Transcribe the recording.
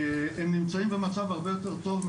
הם נמצאים במצב הרבה יותר טוב,